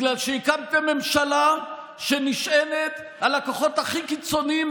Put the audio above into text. כי הקמתם את הממשלה שנשענת על הכוחות הכי קיצוניים,